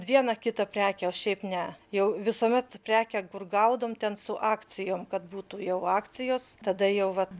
viena kita prekė o šiaip ne jau visuomet prekę kur gaudom ten su akcijom kad būtų jau akcijos tada jau va